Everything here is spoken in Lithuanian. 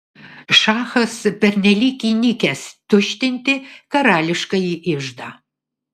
šachas pernelyg įnikęs tuštinti karališkąjį iždą